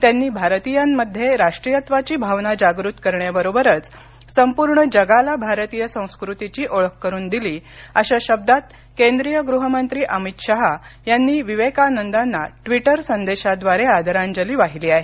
त्यांनी भारतीयांमध्ये राष्ट्रीयत्वाची भावना जागृत करण्याबरोबरच संपूर्ण जगाला भारतीय संस्कृतीची ओळख करुन दिली अशा शब्दांत केंद्रीय गृहमंत्री अमित शहा यांनी विवेकानंदांना ट्विटर संदेशाद्वारे आदरांजली वाहिली आहे